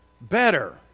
better